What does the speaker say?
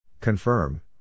Confirm